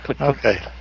Okay